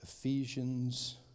Ephesians